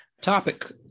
topic